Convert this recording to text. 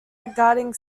regarding